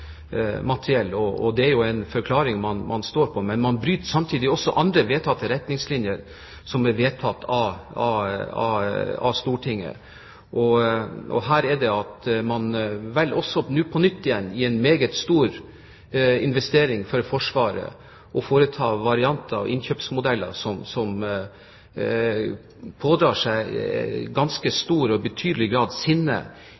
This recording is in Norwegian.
forsvarsmateriell, og det er jo en forklaring man står på. Men man bryter samtidig også andre vedtatte retningslinjer som er vedtatt av Stortinget. Og her velger man nå på nytt igjen, i en meget stor investering for Forsvaret, å bruke varianter av innkjøpsmodeller som vekker en betydelig grad av sinne